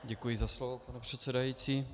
Děkuji za slovo, pane předsedající.